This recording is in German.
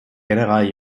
general